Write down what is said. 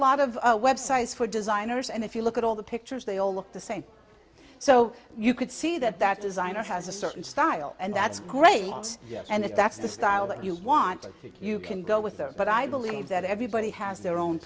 lot of websites for designers and if you look at all the pictures they all look the same so you can see that that designer has a certain style and that's great yes yes and if that's the style that you want you can go with that but i believe that everybody has their own